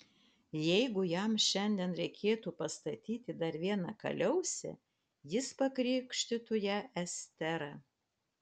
jeigu jam šiandien reikėtų pastatyti dar vieną kaliausę jis pakrikštytų ją estera